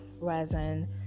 resin